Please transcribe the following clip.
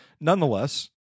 Nonetheless